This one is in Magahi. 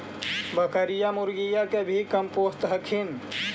बकरीया, मुर्गीया के भी कमपोसत हखिन?